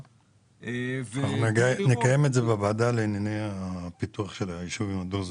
אנחנו נקיים את זה בוועדה לענייני הפיתוח של היישובים הדרוזים.